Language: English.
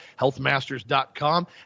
healthmasters.com